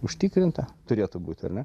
užtikrinta turėtų būt ar ne